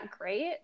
great